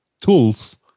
tools